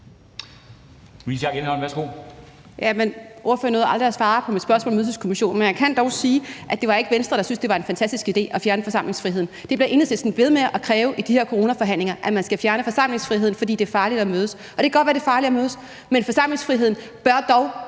Louise Schack Elholm (V): Ordføreren nåede aldrig at svare på mit spørgsmål om Ydelseskommissionen. Men jeg kan dog sige, at det ikke var Venstre, der syntes, det var en fantastisk idé at fjerne forsamlingsfriheden. Det bliver Enhedslisten ved med at kræve i de her coronaforhandlinger – at man skal fjerne forsamlingsfriheden, fordi det er farligt at mødes. Det kan godt være, det er farligt at mødes, men forsamlingsfriheden bør dog